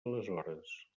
aleshores